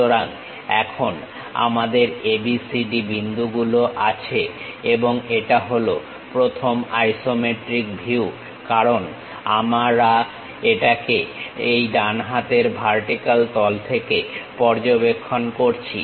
সুতরাং এখন আমাদের ABCD বিন্দুগুলো আছে এবং এটা হল প্রথম আইসোমেট্রিক ভিউ কারণ আমরা এটাকে ডান হাতের দিকের ভার্টিক্যাল তল থেকে পর্যবেক্ষণ করছি